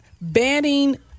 banning